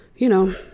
you know,